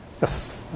Yes